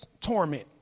torment